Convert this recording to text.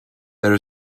there